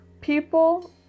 People